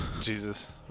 Jesus